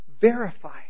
verify